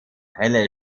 helle